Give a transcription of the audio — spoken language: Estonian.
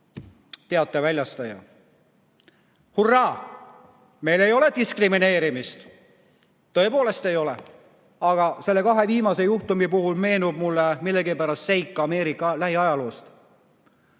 teate väljastaja)." Hurraa! Meil ei ole diskrimineerimist, tõepoolest ei ole. Nende kahe viimase juhtumi puhul meenub mulle millegipärast seik Ameerika lähiajaloost.